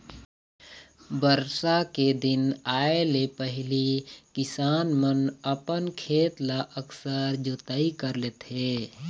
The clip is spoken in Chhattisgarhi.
बरसा के दिन आए ले पहिली किसान मन अपन खेत ल अकरस जोतई कर लेथे